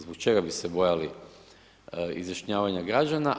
Zbog čega bi se bojali izjašnjavanja građana?